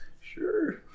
Sure